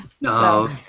No